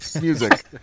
music